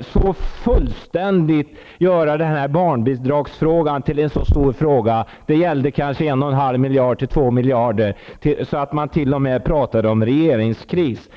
så fullständigt kan göra barnbidragsfrågan till en så stor fråga. Det gällde kanske mellan en och en halv miljard och två miljarder. Man pratade t.o.m. om regeringskris.